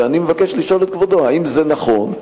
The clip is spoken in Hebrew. ואני מבקש לשאול את כבודו: האם זה נכון?